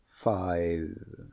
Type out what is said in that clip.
Five